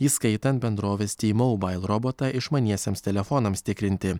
įskaitant bendrovės tmobile robotą išmaniesiems telefonams tikrinti